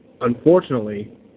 Unfortunately